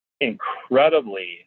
incredibly